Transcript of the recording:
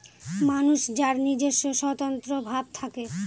মানুষ যার নিজস্ব স্বতন্ত্র ভাব থাকে